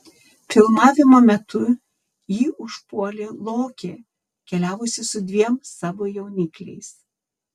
filmavimo metu jį užpuolė lokė keliavusi su dviem savo jaunikliais